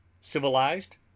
Civilized